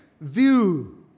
view